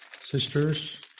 sisters